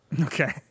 Okay